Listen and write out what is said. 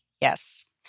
Yes